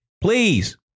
Please